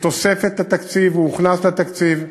בתוספת התקציב, הוא הוכנס לתקציב,